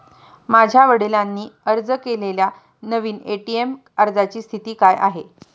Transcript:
माझ्या वडिलांनी अर्ज केलेल्या नवीन ए.टी.एम अर्जाची स्थिती काय आहे?